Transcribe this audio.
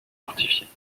fortifiées